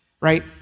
right